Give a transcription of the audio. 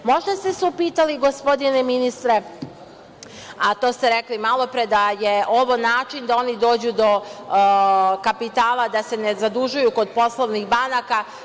Možda ste se upitali, gospodine ministre, a to ste rekli malopre, da je ovo način da oni dođu do kapitala, da se ne zadužuju kod poslovnih banaka.